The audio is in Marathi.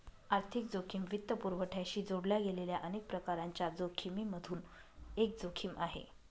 आर्थिक जोखिम वित्तपुरवठ्याशी जोडल्या गेलेल्या अनेक प्रकारांच्या जोखिमिमधून एक जोखिम आहे